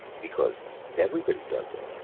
because everybody does it.